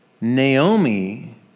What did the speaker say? Naomi